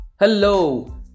Hello